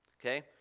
okay